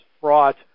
fraught